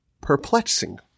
perplexing